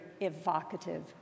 evocative